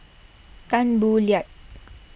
Tan Boo Liat